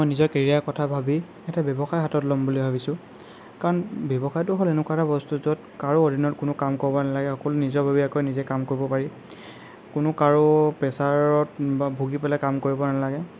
মই নিজৰ কেৰিয়াৰৰ কথা ভাবি এটা ব্যৱসায় হাতত ল'ম বুলি ভাবিছোঁ কাৰণ ব্যৱসায়টো হ'ল এনেকুৱা এটা বস্তু য'ত কাৰো অধীনত কোনো কাম কৰিব নালাগে অকল নিজাববীয়াকৈ নিজে কাম কৰিব পাৰি কোনো কাৰো প্ৰেছাৰত বা ভুগি পেলাই কাম কৰিব নালাগে